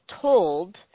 told